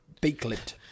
Beak-lipped